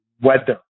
weather